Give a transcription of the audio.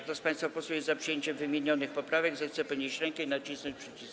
Kto z państwa posłów jest za przyjęciem wymienionych poprawek, zechce podnieść rękę i nacisnąć przycisk.